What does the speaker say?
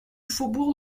faubourg